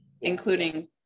including